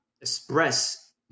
express